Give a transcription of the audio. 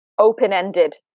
open-ended